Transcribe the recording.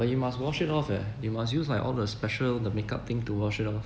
but you must wash it off eh you must use like all the special the make-up thing to wash it off